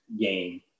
game